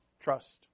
Trust